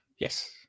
Yes